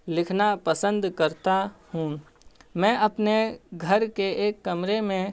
لکھنا پسند کرتا ہوں میں اپنے گھر کے ایک کمرے میں